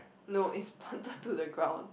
no it's planted to the ground